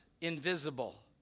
invisible